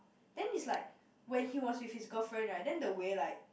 then it's like when he was with his girlfriend right then the way like